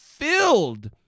Filled